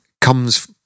comes